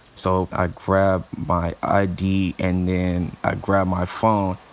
so i grabbed my id and then i grabbed my phone.